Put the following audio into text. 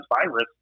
virus